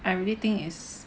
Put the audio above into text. I really think is